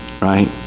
right